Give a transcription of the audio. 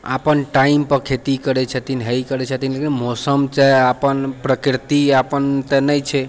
अपन टाइमपर खेती करै छथिन हे ई करै छथिन लेकिन मौसम तऽ चाहे प्रकृति तऽ अपन नहि छै